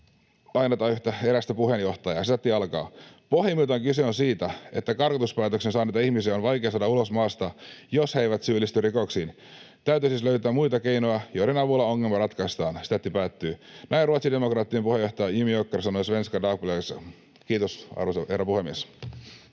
lainata erästä puheenjohtajaa: ”Pohjimmiltaan kyse on siitä, että karkotuspäätöksen saaneita ihmisiä on vaikea saada ulos maasta, jos he eivät syyllisty rikoksiin. Täytyy siis löytää muita keinoja, joiden avulla ongelma ratkaistaan.” Näin ruotsidemokraattien puheenjohtaja Jimmie Åkesson sanoi Svenska Dagbladetissa. — Kiitos, arvoisa herra